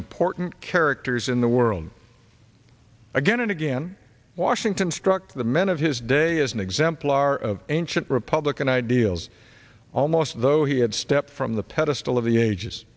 important characters in the world again and again washington struck the men of his day as an exemplar of ancient republican ideals almost as though he had stepped from the pedestal of the age